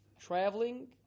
Traveling